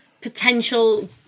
Potential